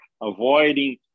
avoiding